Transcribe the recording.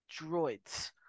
droids